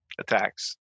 attacks